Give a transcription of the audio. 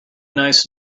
nice